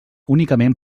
únicament